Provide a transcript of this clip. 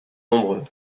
nombreux